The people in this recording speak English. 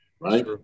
right